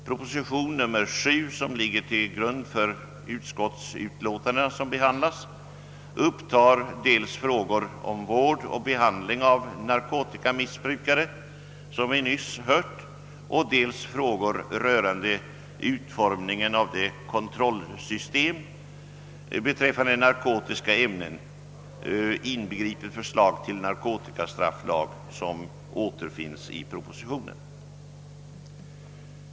Proposition nr 7, som ligger till grund för de utskottsutlåtanden som nu behandlas, upptar dels frågor om vård och behandling av narkotikamissbrukare, dels frågor rörande utformningen av kontrollsystemet när det gäller narkotiska ämnen, inbegripet förslag till narkotikastrafflag, som återfinnes i propositionen.